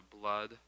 blood